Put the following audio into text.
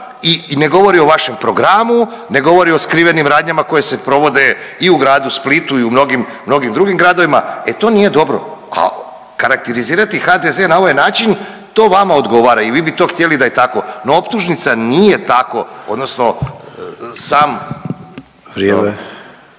i ne govori o vašem programu, ne govori o skrivenim radnjama koje se provode i u gradu Splitu i u mnogim, mnogim drugim gradovima, e to nije dobro, a karakterizirati HDZ na ovaj način to vama odgovara i vi bi to htjeli da je tako, no optužnica nije tako odnosno